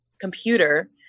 computer